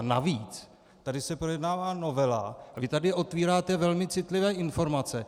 A navíc, tady se projednává novela a vy tady otvíráte velmi citlivé informace.